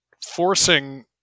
forcing